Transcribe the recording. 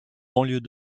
banlieue